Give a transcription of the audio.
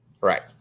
Right